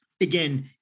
again